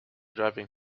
driving